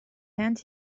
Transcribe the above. hand